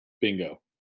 bingo